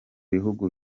bihugu